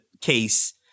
case